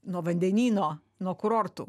nuo vandenyno nuo kurortų